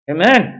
Amen